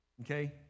okay